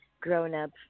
grown-up